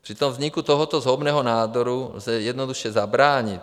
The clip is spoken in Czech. Přitom vzniku tohoto zhoubného nádoru lze jednoduše zabránit.